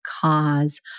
cause